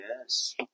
yes